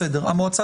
בסדר גמור,